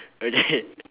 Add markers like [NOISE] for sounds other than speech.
okay [LAUGHS]